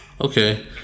Okay